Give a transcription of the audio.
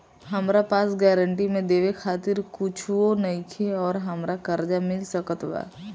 हमरा पास गारंटी मे देवे खातिर कुछूओ नईखे और हमरा कर्जा मिल सकत बा?